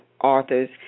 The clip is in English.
authors